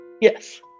Yes